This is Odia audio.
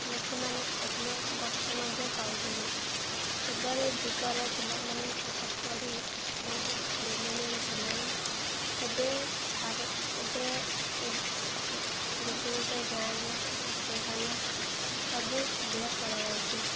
ଲୋକମାନେ ଅଧିକ କଷ୍ଟ ମଧ୍ୟ ପାଉଥିଲେ ଏବେର ଯୁଗର ପିଲାମାନେ ପାଠ ପଢ଼ି ବହୁତ ଡେଭଲପ୍ମେଣ୍ଟ ହେଲେଣି ଏବେ ଏବେ ଗୋଟେ ଗୋଟେ ଗାଁରେ ଡାକ୍ତରଖାନା ସବୁ ସୁବିଧା କରାଯାଉଛି